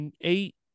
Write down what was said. eight